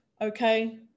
okay